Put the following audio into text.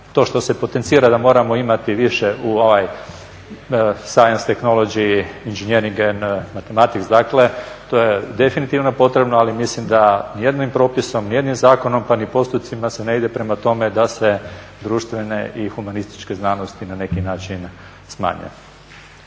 To što se potencira da moramo imati više fair technologies inženjering matematik. Dakle, to je definitivno potrebno, ali mislim da ni jednim propisom, ni jednim zakonom pa ni postupcima se ne ide prema tome da se društvene i humanističke znanosti na neki način smanje.